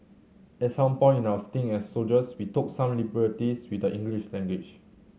at some point in our stint as soldiers we took some liberties with the English language